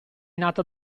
nata